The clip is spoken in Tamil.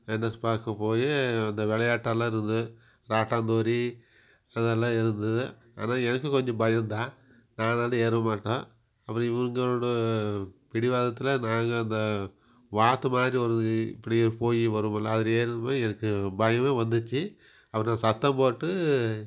வெனஸ் பார்க்கு போய் அந்த விளையாட்டெல்லாம் இருந்தது ராடாந்தூரி அதெல்லாம் இருந்தது ஆனால் எனக்கு கொஞ்சம் பயம்தான் நான் அதனால ஏற மாட்டேன் அப்புறம் இவங்களோட பிடிவாதத்தில் நாங்கள் அந்த வாத்து மாதிரி ஒரு இப்படியே போய் வரும்ல அதில் ஏறும்போது எனக்கு பயமே வந்துச்சு அப்புறம் சத்தம் போட்டு